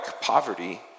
poverty